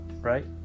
right